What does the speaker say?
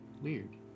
weird